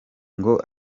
ngo